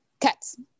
cats